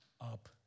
up